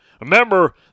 Remember